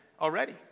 already